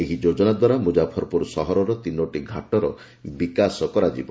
ଏହି ଯୋଜନା ଦ୍ୱାରା ମୁଜାଫରପୁର ସହରର ତିନୋଟି ଘାଟର ବିକାଶ କରାଯିବ